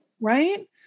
Right